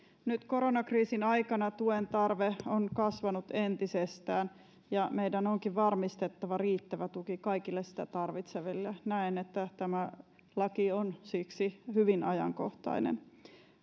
nyt koronakriisin aikana tuen tarve on kasvanut entisestään ja meidän onkin varmistettava riittävä tuki kaikille sitä tarvitseville näen että tämä laki on siksi hyvin ajankohtainen